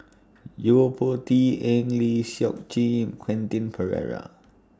Yo Po Tee Eng Lee Seok Chee and Quentin Pereira